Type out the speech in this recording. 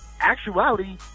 actuality